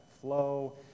flow